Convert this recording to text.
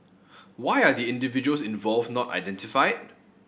why are the individuals involved not identifiy